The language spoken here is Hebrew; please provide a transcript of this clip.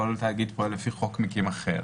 כל תאגיד פועל לפי חוק מקים אחר